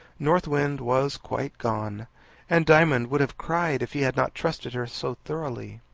north wind was quite gone and diamond would have cried, if he had not trusted her so thoroughly.